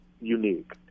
unique